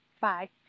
Bye